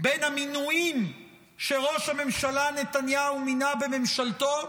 בין המינויים שראש הממשלה נתניהו מינה בממשלתו